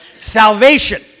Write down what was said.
Salvation